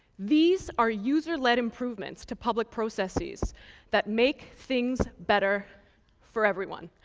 these are user-led improvements to public processes that make things better for everyone.